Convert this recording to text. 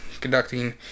conducting